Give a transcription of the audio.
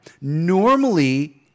normally